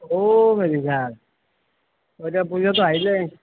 অ' Medhi sir এতিয়া পূজাতো আহিলেই